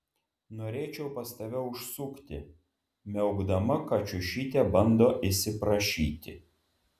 norėčiau pas tave užsukti miaukdama kačiušytė bando įsiprašyti